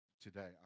today